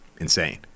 insane